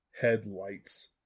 Headlights